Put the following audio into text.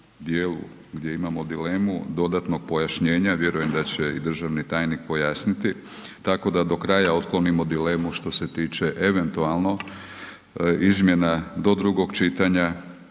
dijelu gdje imamo dilemu dodatno pojašnjenje a vjerujem da će i državni tajnik pojasniti tako da do kraja otklonimo dilemu što se tiče eventualno izmjena do drugog čitanja